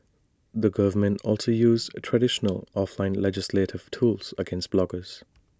the government also used traditional offline legislative tools against bloggers